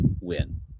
win